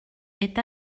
est